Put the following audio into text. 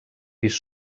pis